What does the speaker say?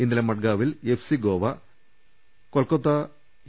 ഇന്നലെ മഡ്ഗാവിൽ FC Goa Kolkata A